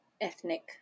ethnic